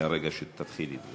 מהרגע שתתחילי.